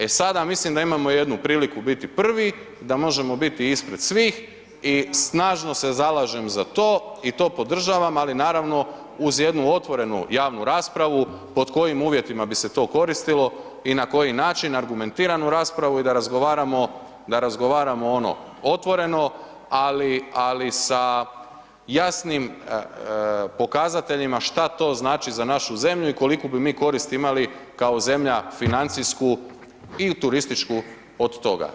E sada, mislim da imamo jednu priliku biti prvi, da možemo biti ispred svih i snažno se zalažem za to i to podržavam, ali naravno, uz jednu otvorenu javnu raspravu pod kojim uvjetima bi se to koristilo i na koji način, argumentiranu raspravu i da razgovaramo otvoreno, ali sa jasnim pokazateljima šta to znači za našu zemlju i koliku bi mi korist imali kao zemlja financijsku i u turističku od toga.